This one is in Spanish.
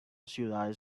ciudades